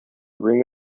ring